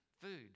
food